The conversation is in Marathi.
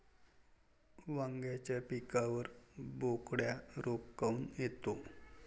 वांग्याच्या पिकावर बोकड्या रोग काऊन येतो?